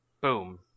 boom